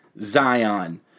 Zion